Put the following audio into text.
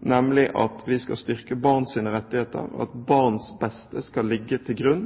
nemlig at vi skal styrke barns rettigheter, og at barns beste skal ligge til grunn